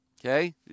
Okay